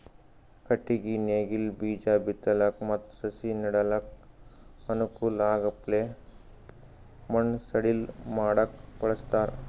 ಕಟ್ಟಗಿ ನೇಗಿಲ್ ಬೀಜಾ ಬಿತ್ತಲಕ್ ಮತ್ತ್ ಸಸಿ ನೆಡಲಕ್ಕ್ ಅನುಕೂಲ್ ಆಗಪ್ಲೆ ಮಣ್ಣ್ ಸಡಿಲ್ ಮಾಡಕ್ಕ್ ಬಳಸ್ತಾರ್